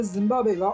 Zimbabwe